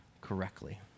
correctly